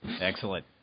Excellent